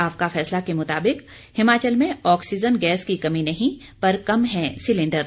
आपका फैसला के मुताबिक हिमाचल में ऑक्सीजन गैस की कमी नहीं पर कम हैं सिलेंडर